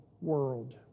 world